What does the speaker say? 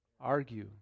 Argue